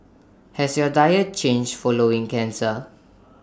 has your diet changed following cancer